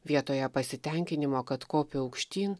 vietoje pasitenkinimo kad kopi aukštyn